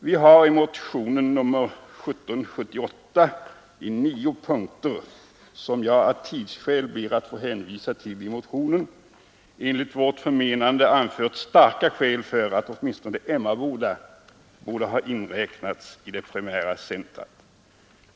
Vi har i motionen 1778 i nio punkter, som jag av tidsskäl ber att få hänvisa till, enligt vårt förmenande anfört starka skäl för att åtminstone Emmaboda borde ha inräknats i det primära centret.